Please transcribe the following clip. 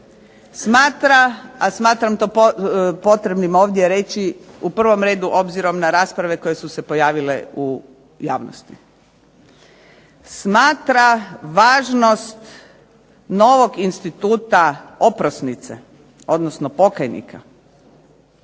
smatra, a smatram to potrebnim ovdje reći u prvom redu obzirom na rasprave koje su se pojavile u javnosti. Smatra važnost novog instituta oprosnice, odnosno pokajnika.